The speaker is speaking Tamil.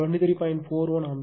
41 ஆம்பியர்